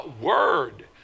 word